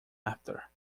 after